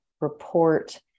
report